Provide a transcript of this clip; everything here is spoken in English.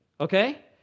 Okay